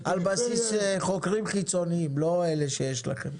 על בסיס חוקרים חיצוניים, לא אלה שיש לכם.